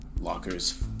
lockers